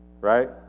right